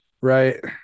Right